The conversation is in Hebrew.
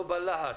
לא בלהט,